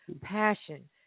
passion